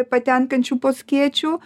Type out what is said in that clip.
patenkančių po skėčiu